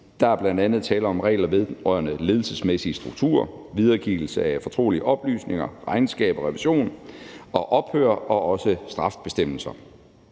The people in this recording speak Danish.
Der er bl.a. tale om regler vedrørende ledelsesmæssige strukturer, videregivelse af fortrolige oplysninger, regnskaber, revision, ophør og også strafbestemmelser.